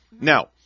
Now